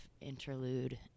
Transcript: interlude